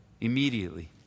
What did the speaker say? Immediately